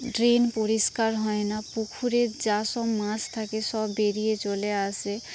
drain পরিষ্কার হয় না পুকুরের যা সব মাছ থাকে সব বেরিয়ে চলে আসে